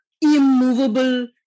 immovable